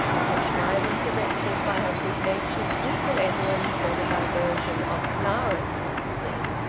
a contrivance erected by a good-natured uncle edwin for the diversion of clara's offspring.